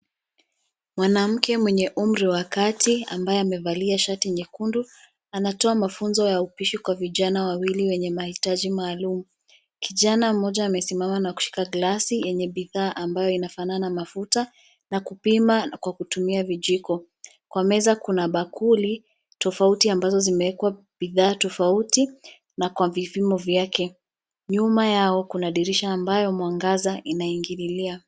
Mwanamke mwenye umri wa kati ambaye amevalia shati nyekundu, anatoa mafunzo ya upishi kwa vijana wawili wenye mahitaji maalum. Kijana mmoja amesimama na kushika gilasi yenye bidhaa ambayo inafanana na mafuta na kupima kwa kutumia vijiko. Kwa meza kuna bakuli tofauti ambazo zimewekwa bidhaa tofauti na kwa vipimo vyake. Nyuma yao kuna dirisha ambayo mwangaza inaingililia.